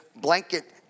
blanket